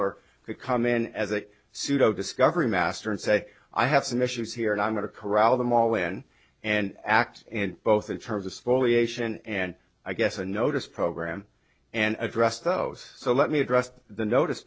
become in as a pseudo discovery master and say i have some issues here and i'm going to corral them all in and act and both in terms of spoliation and i guess a notice program and address those so let me address the notice